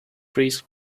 freeze